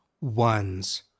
ones